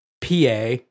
PA